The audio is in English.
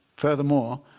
furthermore,